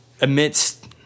amidst